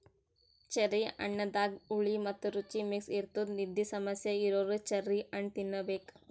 cherry ಹಣ್ಣದಾಗ್ ಹುಳಿ ಮತ್ತ್ ರುಚಿ ಮಿಕ್ಸ್ ಇರ್ತದ್ ನಿದ್ದಿ ಸಮಸ್ಯೆ ಇರೋರ್ ಚೆರ್ರಿ ಹಣ್ಣ್ ತಿನ್ನಬೇಕ್